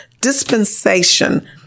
dispensation